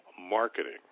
marketing